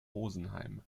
rosenheim